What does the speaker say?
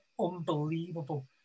unbelievable